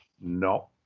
No